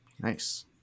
Nice